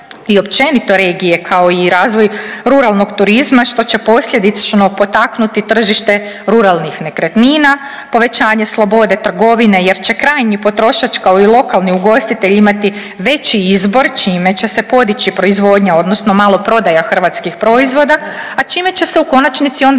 i općenito regije kao i razvoj ruralnog turizma što će posljedično potaknuti tržište ruralnih nekretnina, povećanje slobode trgovine jer će krajnji potrošač kao i lokalni ugostitelj imati veći izbor čime će se podići proizvodnja, odnosno maloprodaja hrvatskih proizvoda a čime će se u konačnici onda